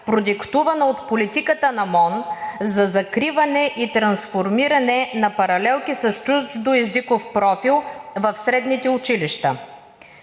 продиктувана от политиката на МОН за закриване и трансформиране на паралелки с чуждоезиков профил в средните училища.